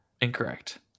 Incorrect